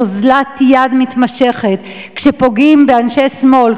יש אוזלת יד מתמשכת כשפוגעים באנשי שמאל,